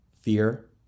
fear